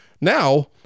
Now